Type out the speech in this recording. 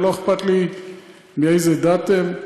ולא אכפת לי מאיזה דת הם,